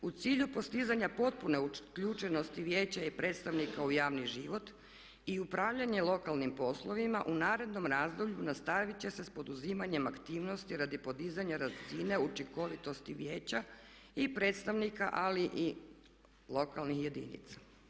U cilju postizanja potpune uključenosti vijeća i predstavnika u javni život i upravljanje lokalnim poslovima u narednom razdoblju nastavit će se s poduzimanjem aktivnosti radi podizanja razine učinkovitosti vijeća i predstavnika ali i lokalnih jedinica.